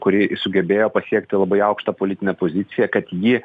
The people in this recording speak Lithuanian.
kuri sugebėjo pasiekti labai aukštą politinę poziciją kad ji